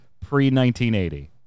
pre-1980